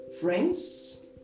Friends